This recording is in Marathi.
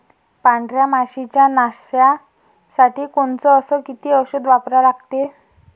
पांढऱ्या माशी च्या नाशा साठी कोनचं अस किती औषध वापरा लागते?